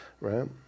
right